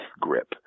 grip